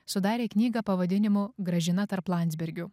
sudarė knygą pavadinimu gražina tarp landsbergių